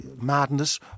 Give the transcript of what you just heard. madness